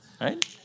right